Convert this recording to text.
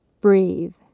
Breathe